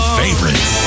favorites